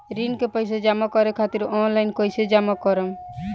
ऋण के पैसा जमा करें खातिर ऑनलाइन कइसे जमा करम?